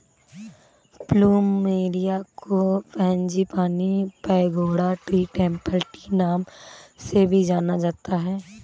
plumeria को frangipani, pagoda tree, temple tree नाम से भी जाना जाता है